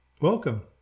Welcome